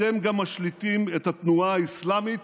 אתם גם משליטים את התנועה האסלאמית